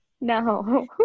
No